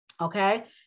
okay